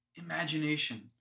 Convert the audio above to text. imagination